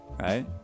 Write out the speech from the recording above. right